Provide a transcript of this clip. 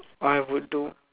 I would do